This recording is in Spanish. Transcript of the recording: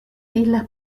islas